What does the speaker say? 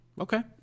Okay